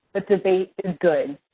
but debate is good.